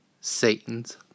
Satan's